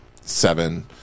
seven